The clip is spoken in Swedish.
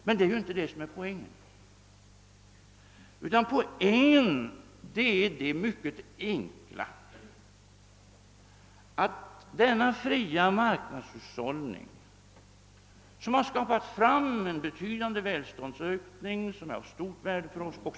Men det är ju inte det som är poängen, utan poängen är det mycket enkla att denna fria marknadshushållning som har skapat en betydande välståndsökning, vilken är av stort värde för oss 0.